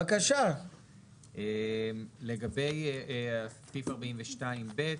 לגבי סעיף 42(ב),